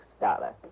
Dollar